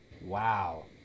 Wow